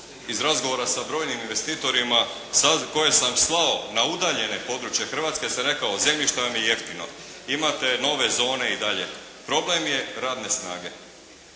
Iz razgovora sa brojnim investitorima koje sam slao na udaljena područja Hrvatske, ja sam rekao zemljište vam je jeftino, imate nove zone i dalje, problem je radne snage.